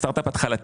סטארט אפ התחלתי.